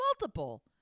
multiple